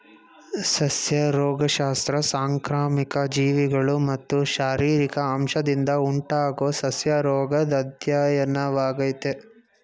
ಸಸ್ಯ ರೋಗಶಾಸ್ತ್ರ ಸಾಂಕ್ರಾಮಿಕ ಜೀವಿಗಳು ಮತ್ತು ಶಾರೀರಿಕ ಅಂಶದಿಂದ ಉಂಟಾಗೊ ಸಸ್ಯರೋಗದ್ ಅಧ್ಯಯನವಾಗಯ್ತೆ